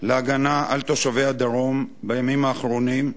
להגנה על תושבי הדרום בימים האחרונים,